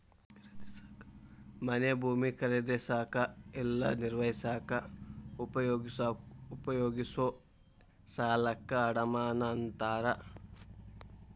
ಮನೆ ಭೂಮಿ ಖರೇದಿಸಕ ಇಲ್ಲಾ ನಿರ್ವಹಿಸಕ ಉಪಯೋಗಿಸೊ ಸಾಲಕ್ಕ ಅಡಮಾನ ಅಂತಾರ